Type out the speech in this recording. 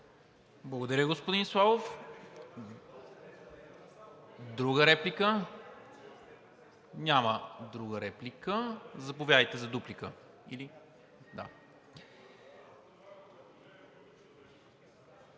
Благодаря, господин Славов. Друга реплика? Няма. Заповядайте за дуплика.